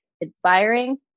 inspiring